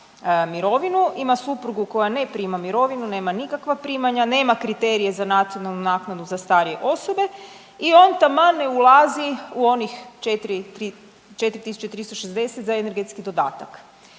mirovinu, ima suprugu koja ne prima mirovinu, nema nikakva primanja, nema kriterije za nacionalnu naknadu za starije osobe i on taman ne ulazi u onih 4360 za energetski dodatak.